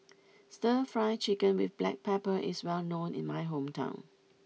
Stir Fry Chicken with black pepper is well known in my hometown